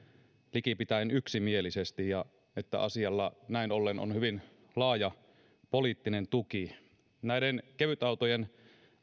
likipitäen yksimielisesti ja että asialla näin ollen on hyvin laaja poliittinen tuki näiden kevytautojen